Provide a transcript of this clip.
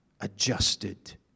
adjusted